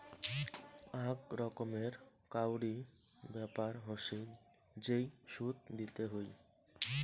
আক রকমের কাউরি ব্যাপার হসে যেই সুদ দিতে হই